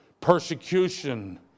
Persecution